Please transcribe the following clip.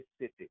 city